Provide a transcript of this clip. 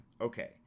okay